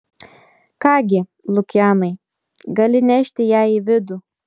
ką gi lukianai gali nešti ją į vidų